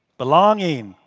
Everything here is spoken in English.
belonging,